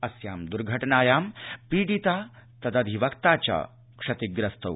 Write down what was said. अस्यां द्र्घटनायां पीडिता तदधिवक्ता च क्षतिग्रस्तौ